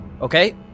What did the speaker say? Okay